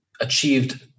achieved